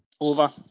Over